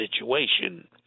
situation